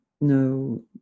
no